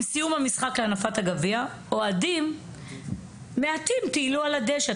עם סיום המשחק אוהדים מעטים טיילו על הדשא.